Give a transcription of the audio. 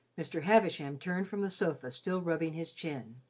mr. havisham turned from the sofa, still rubbing his chin.